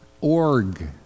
Org